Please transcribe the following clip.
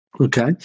Okay